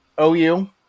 OU